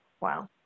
Wow